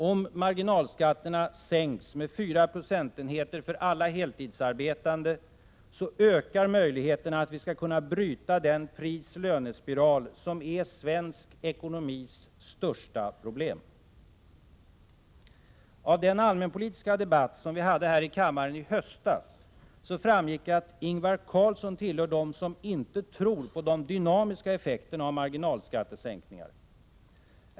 Om marginalskatterna sänks med 4 procentenheter för alla heltidsarbetande, ökar möjligheterna att vi skall kunna bryta den pris—löne-spiral som är svensk ekonomis största problem. Av den allmänpolitiska debatt som vi hade här i kammaren i höstas framgick att Ingvar Carlsson tillhör dem som inte tror på de dynamiska effekterna av marginalskattesänkningar.